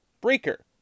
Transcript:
Breaker